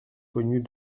connue